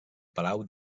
palau